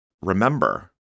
Remember